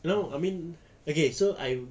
know I mean okay so I'm